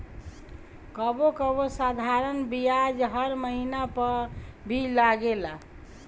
कबो कबो साधारण बियाज हर महिना पअ भी लागेला